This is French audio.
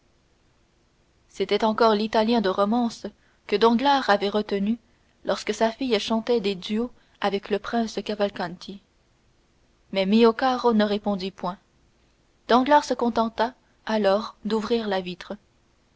c'était encore de l'italien de romance que danglars avait retenu lorsque sa fille chantait des duos avec le prince cavalcanti mais mio caro ne répondit point danglars se contenta alors d'ouvrir la vitre